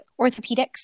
orthopedics